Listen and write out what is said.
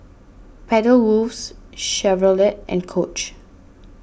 Pedal Works Chevrolet and Coach